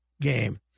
game